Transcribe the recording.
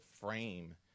frame